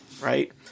right